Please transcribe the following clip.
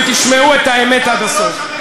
חבר הכנסת עיסאווי פריג',